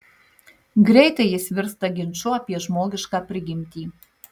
greitai jis virsta ginču apie žmogišką prigimtį